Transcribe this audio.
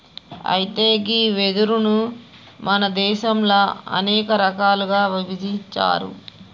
అయితే గీ వెదురును మన దేసంలో అనేక రకాలుగా ఇభజించారు